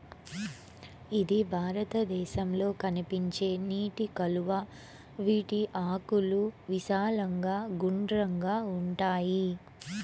ఇది భారతదేశంలో కనిపించే నీటి కలువ, వీటి ఆకులు విశాలంగా గుండ్రంగా ఉంటాయి